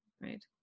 right